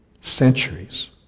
Centuries